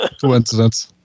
coincidence